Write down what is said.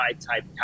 type